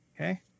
Okay